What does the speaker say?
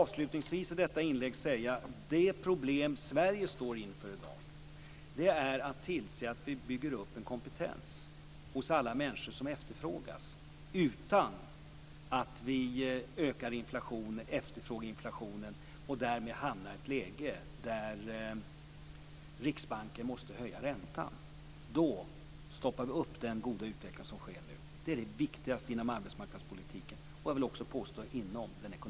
Avslutningsvis vill jag säga att det problem som Sverige står inför i dag är att vi måste se till att vi bygger upp en kompetens hos alla människor som efterfrågas utan att vi ökar efterfrågeinflationen och därmed hamnar i ett läge där Riksbanken måste höja räntan. Då stoppar vi upp den goda utveckling som sker nu. Det är det viktigaste inom arbetsmarknadspolitiken och - det vill jag också påstå - inom den ekonomiska politiken.